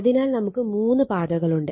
അതിനാൽ നമുക്ക് 3 പാതകളുണ്ട്